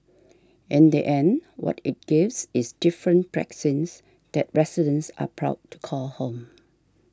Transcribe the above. in the end what it gives is different precincts that residents are proud to call home